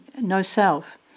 no-self